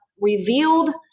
revealed